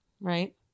right